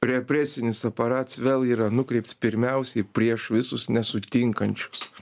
represinis aparats vėl yra nukreipts pirmiausiai prieš visus nesutinkančius